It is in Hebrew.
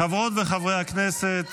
חברות וחברי הכנסת,